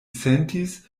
sentis